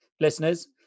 listeners